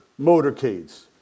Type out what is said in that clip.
motorcades